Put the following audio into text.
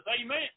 Amen